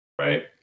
Right